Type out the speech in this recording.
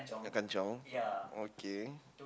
kanchiong okay